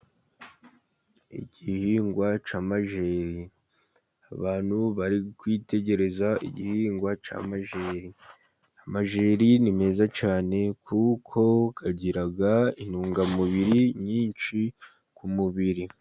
Igihingwa cy'amajeri ,abantu bari kwitegereza igihingwa cy'amajeri. Amajeri ni meza cyane kuko agira intungamubiri nyinshi ku mubiri.